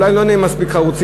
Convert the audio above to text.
אולי לא נהיה מספיק חרוצים,